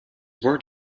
word